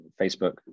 facebook